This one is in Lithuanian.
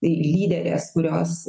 lyderės kurios